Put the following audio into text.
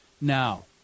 now